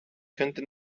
könnte